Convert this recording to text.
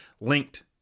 linked